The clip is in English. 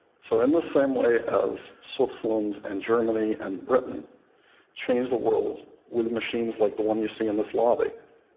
so in the same way ah as switzerland and germany and britain changed the world with machines like the one you see in this lobby,